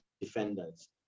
defenders